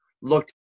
looked